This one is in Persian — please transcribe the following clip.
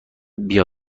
بیا